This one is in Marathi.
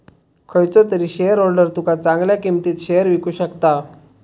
खयचो तरी शेयरहोल्डर तुका चांगल्या किंमतीत शेयर विकु शकता